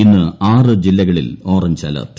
ഇന്ന് ആറ് ജില്ലകളിൽ ഓറഞ്ച് അലെർട്ട്